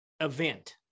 event